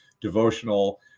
devotional